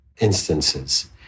instances